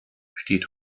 steht